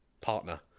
partner